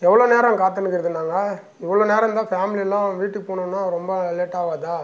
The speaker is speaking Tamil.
எவ்வளோ நேரம் காத்துக்கின்னு இருக்கிறது நாங்கள் இவ்வளோ நேரம் இருந்தால் ஃபேமிலியெலாம் வீட்டுக்கு போகணுன்னா ரொம்ப லேட்டாகாதா